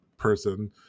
person